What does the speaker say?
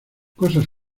cosas